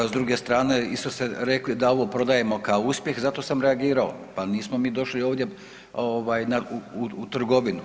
S druge strane isto ste rekli da ovo prodajemo kao uspjeh zato sam reagirao, pa nismo mi došli ovdje u trgovinu.